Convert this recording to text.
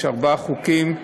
יש ארבעה חוקים,